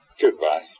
Goodbye